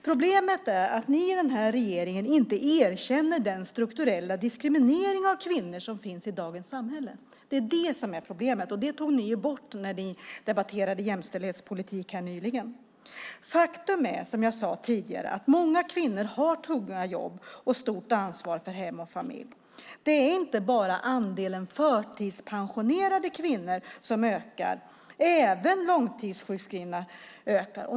Problemet är att ni i den här regeringen inte erkänner den strukturella diskriminering av kvinnor som finns i dagens samhälle. Det är det som är problemet, och det tog ni ju bort när vi debatterade jämställdhetspolitik nyligen. Faktum är, som jag sade tidigare, att många kvinnor har tunga jobb och stort ansvar för hem och familj. Det är inte bara andelen förtidspensionerade kvinnor som ökar. Även antalet långtidssjukskrivna ökar.